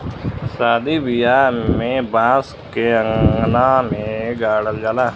सादी बियाह में बांस के अंगना में गाड़ल जाला